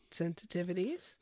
sensitivities